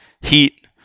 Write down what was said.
heat